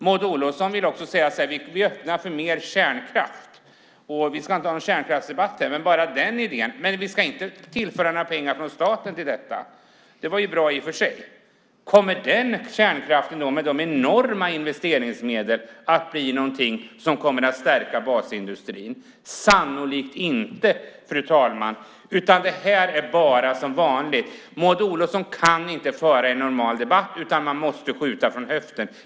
Maud Olofsson vill också säga att man öppnar för mer kärnkraft - vi ska inte ha en kärnkraftsdebatt här, jag vill bara peka på den idén - men staten ska inte tillföra några pengar till detta. Det var ju bra i och för sig. Kommer den kärnkraften, med de enorma investeringsmedel som krävs, att bli någonting som kommer att stärka basindustrin? Sannolikt inte, fru talman, utan det här har bara som vanligt sin grund i att Maud Olofsson inte kan föra en normal debatt utan måste skjuta från höften.